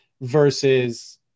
versus